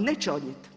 neće odnijeti.